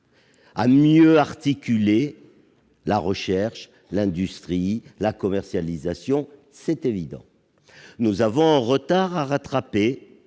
mieux articuler la recherche, l'industrie et la commercialisation. Nous avons un retard à rattraper